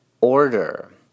order